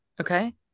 Okay